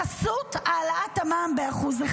בחסות העלאת המע"מ ב-1%.